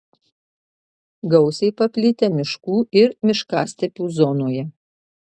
gausiai paplitę miškų ir miškastepių zonoje